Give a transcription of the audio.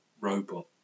Robot